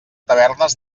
tavernes